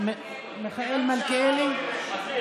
המחבל הוא זה שבעצם עושה מחסומים.